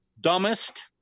dumbest –